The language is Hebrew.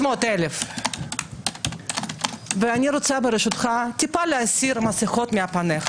600,000. אני רוצה ברקותך טיפה להסיר מסיכות מפניך.